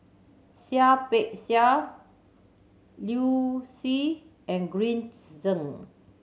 Seah Peck Seah Liu Si and Green Zeng